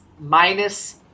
minus